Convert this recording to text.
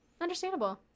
Understandable